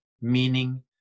meaning